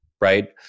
right